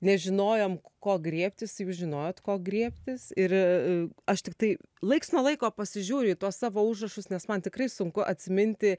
nežinojom ko griebtis jūs žinojot ko griebtis ir aš tiktai laiks nuo laiko pasižiūriu į tuos savo užrašus nes man tikrai sunku atsiminti